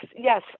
yes